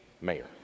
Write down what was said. mayor